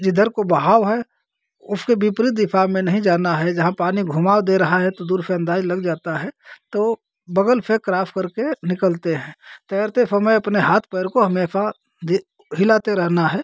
जिधर को बहाव है उसके विपरीत दिशा में नहीं जाना है जहाँ पानी घुमाव दे रहा है तो दूर से अन्दाज़ा लग जाता है तो बगल से क्रॉस करके निकलते हैं तैरते समय अपने हाथ पैर को हमेशा हिलाते रहना है